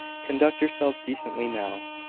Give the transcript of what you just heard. conduct yourself decently now.